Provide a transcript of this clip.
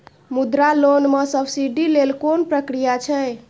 मुद्रा लोन म सब्सिडी लेल कोन प्रक्रिया छै?